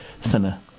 sinner